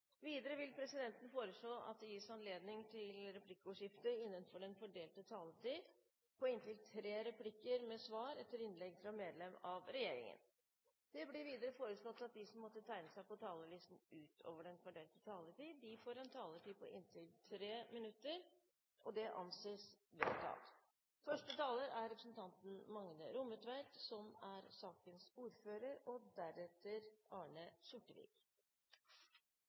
Videre vil presidenten foreslå at det gis anledning til replikkordskifte på inntil tre replikker med svar etter innlegg fra medlem av regjeringen innenfor den fordelte taletid. Det blir videre foreslått at de som måtte tegne seg på talerlisten utover den fordelte taletid, får en taletid på inntil 3 minutter. – Det anses vedtatt. Vi behandler i dag et forslag fra Kristelig Folkeparti om reduksjon av tidsrammen for og omfanget av senaborter. Det er en enstemmig komité som